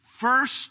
First